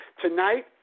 Tonight